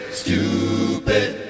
stupid